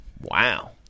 wow